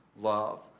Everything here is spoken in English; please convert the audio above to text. love